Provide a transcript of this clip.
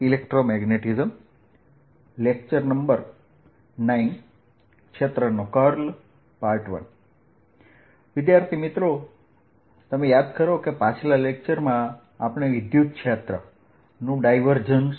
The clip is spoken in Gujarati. ક્ષેત્રનો કર્લ I યાદ કરો કે પાછલા લેક્ચરમાં આપણે વિદ્યુત ક્ષેત્ર નું ડાયવર્જન્સ